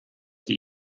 die